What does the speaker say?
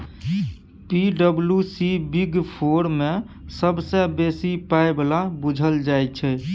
पी.डब्ल्यू.सी big four मे सबसँ बेसी पाइ बला बुझल जाइ छै